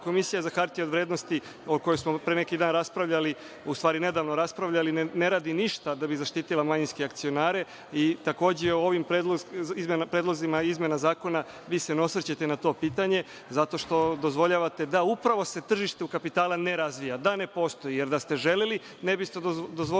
Komisija za hartije od vrednosti, o kojoj smo pre neki dan raspravljali, u stvari nedavno raspravljali, ne radi ništa da bi zaštitila manjinske akcionare. Takođe, ovim predlozima izmena zakona vi se ne osvrćete na to pitanje, zato što dozvoljavate da se upravo tržište kapitala ne razvija, da ne postoji. Jer, da ste želeli, vi ne bi ste dozvolili